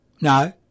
No